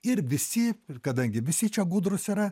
ir visi kadangi visi čia gudrūs yra